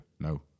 No